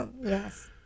Yes